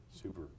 super